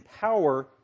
power